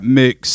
mix